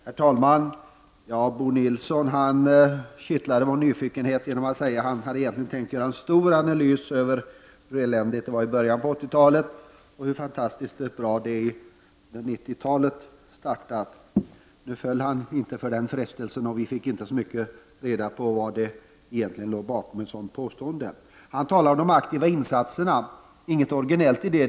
Herr talman! Bo Nilsson kittlade vår nyfikenhet genom att säga att han egentligen hade tänkt göra en stor analys av hur eländigt det var i början av 80-talet och hur fantastiskt bra det är nu i början av 90-talet. Nu föll han inte för den frestelsen, och vi fick inte reda på vad som låg bakom ett sådant påstående. Bo Nilsson talade om de aktiva insatserna. Det är ingenting originellt i det.